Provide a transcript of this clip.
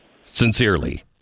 Sincerely